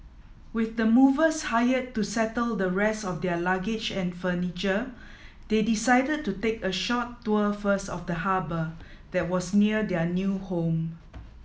with the movers hired to settle the rest of their luggage and furniture they decided to take a short tour first of the harbour that was near their new home